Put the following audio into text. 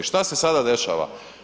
Šta se sada dešava?